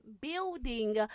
building